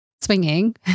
swinging